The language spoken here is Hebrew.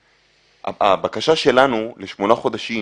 הבקשה שלנו לשמונה חודשים